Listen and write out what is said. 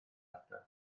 ardal